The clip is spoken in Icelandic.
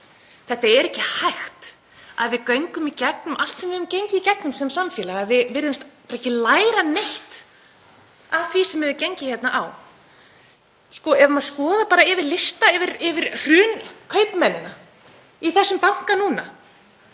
að það er ekki hægt að við göngum í gegnum allt sem við höfum gengið í gegnum sem samfélag en við virðumst ekki læra neitt af því sem hefur gengið á. Ef maður skoðar bara lista yfir hrunkaupmennina í þessum banka núna;